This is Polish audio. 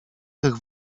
tych